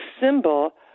symbol